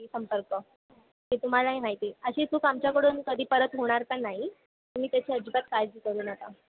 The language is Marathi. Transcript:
की संपर्क ते तुम्हालाही माहिती आहे अशी चूक आमच्याकडून कधी परत होणार पण नाही तुम्ही त्याची अजिबात काळजी करू नका